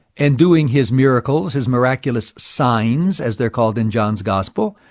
and doing his miracles, his miraculous signs, as they're called in john's gospel,